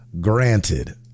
granted